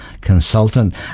consultant